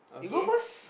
you go first